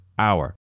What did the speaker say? Hour